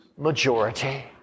Majority